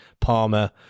Palmer